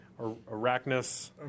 Arachnus